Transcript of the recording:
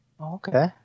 Okay